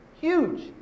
Huge